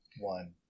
One